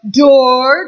door